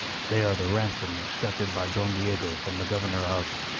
they are the ransom extracted by don diego from the governor of.